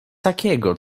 takiego